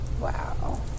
Wow